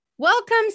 Welcome